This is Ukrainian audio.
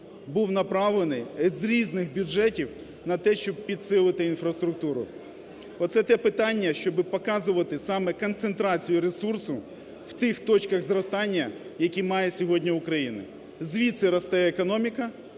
був направлений з різних бюджетів на те, щоб підсилити інфраструктуру. Оце те питання, щоб показувати саме концентрацію ресурсу в тих точках зростання, які має сьогодні Україна. Звідси росте економіка,